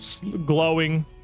glowing